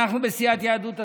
אנחנו בסיעת יהדות התורה,